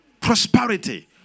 prosperity